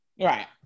right